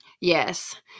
Yes